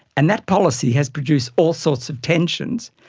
and that policy has produced all sorts of tensions.